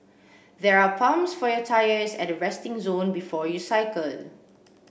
there are pumps for your tyres at the resting zone before you cycle